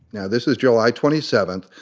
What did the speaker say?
now this is july twenty seventh.